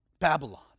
Babylon